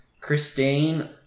Christine